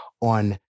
on